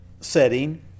setting